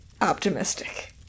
optimistic